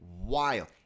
Wild